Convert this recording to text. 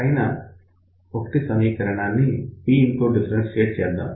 పైన సమీకరణం 1 ని Pin తో డిఫరెన్షియేట్ చేద్దాం